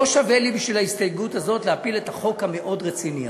לא שווה לי בשביל ההסתייגות הזאת להפיל את החוק המאוד-רציני הזה,